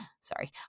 sorry